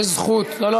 יש זכות, לא, לא.